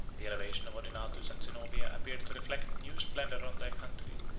the elevation of odenathus and zenobia appeared to reflect new splendor on their country,